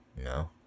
No